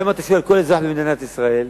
היום אתה שואל כל אזרח במדינת ישראל,